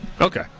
Okay